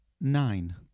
Nine